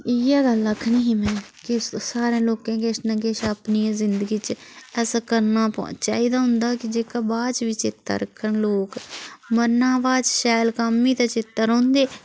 इ'यै गल्ल आक्खनी ही मै कि सारें लोकें किश न किश अपनियै ज़िन्दगी च ऐसा करना चाहिदा होंदा कि जेह्का बाद च बी चेता रक्खन लोक मरना हा बाद शैल कम्म ही ते चेता रौंह्दे